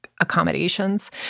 accommodations